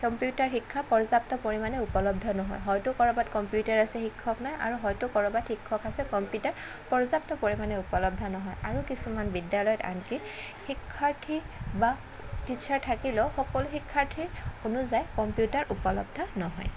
computer শিক্ষা পৰ্যাপ্ত পৰিমাণে উপলব্ধ নহয় হয়তো ক'ৰবাত কম্পিউটাৰ আছে শিক্ষক নাই আৰু হয়তো কৰবাত শিক্ষক আছে কম্পিউটাৰ পৰ্যাপ্ত পৰিমাণে উপলব্ধ নহয় আৰু কিছুমান বিদ্যালয়ত আনকি শিক্ষাৰ্থী বা টিচাৰ থাকিলেও সকলো শিক্ষাৰ্থীৰ অনুযায়ী কম্পিউটাৰ উপলব্ধ নহয়